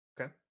Okay